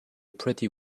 pretty